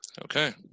Okay